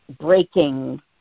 breaking